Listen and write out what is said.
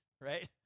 Right